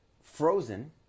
Frozen